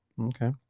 okay